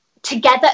together